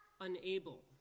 unable